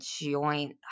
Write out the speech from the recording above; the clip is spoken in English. joint